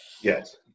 Yes